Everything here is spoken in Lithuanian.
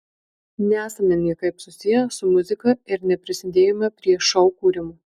nesame niekaip susiję su muzika ir neprisidėjome prie šou kūrimo